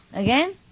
Again